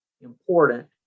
important